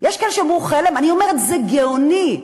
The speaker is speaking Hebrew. חלם, אני אומרת: זה גאוני.